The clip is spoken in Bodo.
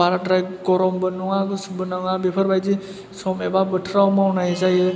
बाराद्राय गरमबो नङा गुसुबो नङा बेफोरबायदि सम एबा बोथोराव मावनाय जायो